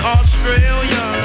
Australia